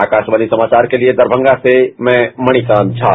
आकाशवाणी समाचार के लिये दरभंगा से मणिकांत झा